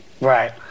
right